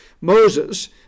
Moses